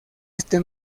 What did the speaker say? este